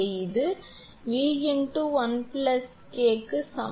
இது 𝑉 1 𝐾 to க்கு சமம்